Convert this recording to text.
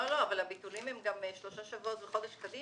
הביטולים הם גם שלושה שבועות וחודש קדימה.